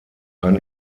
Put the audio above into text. kann